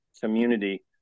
community